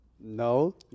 No